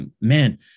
Man